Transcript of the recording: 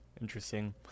interesting